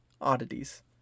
Oddities